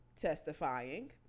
testifying